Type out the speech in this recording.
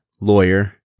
lawyer